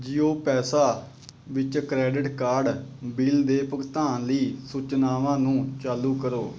JIO ਪੈਸਾ ਵਿੱਚ credit card bill ਦੇ ਭੁਗਤਾਨ ਲਈ ਸੂਚਨਾਵਾਂ ਨੂੰ ਚਾਲੂ ਕਰੋ